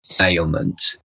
ailment